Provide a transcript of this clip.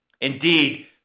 Indeed